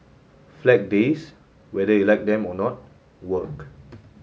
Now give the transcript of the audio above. flag days whether you like them or not work